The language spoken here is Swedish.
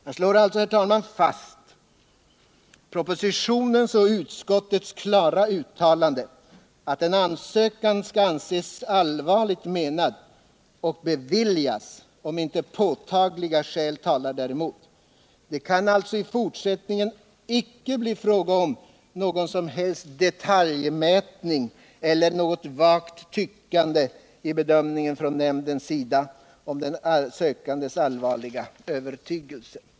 Jag slår alltså fast propositionens och utskottets klara uttalande, att en ansökan skall anses allvarligt menad och beviljas, om inte påtagliga skäl talar däremot. Det kan alltså i fortsättningen inte bli fråga om någon som helst detaljmätning eller något vagt tyckande i bedömningen från nämndens sida av den sökandes allvarliga övertygelse.